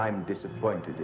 i'm disappointed